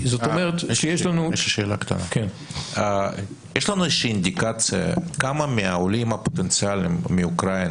יש לנו איזה שהיא אינדיקציה כמה מהעולים הפוטנציאליים מאוקראינה